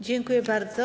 Dziękuję bardzo.